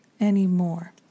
anymore